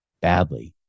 badly